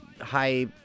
high